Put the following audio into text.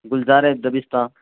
گلزارِ دبستاں